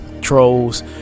trolls